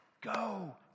go